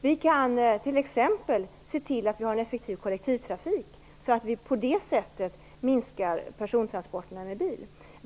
Vi kan t.ex. se till att vi har en effektiv kollektivtrafik så att vi på det sättet minskar persontransporterna med bil.